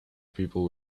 people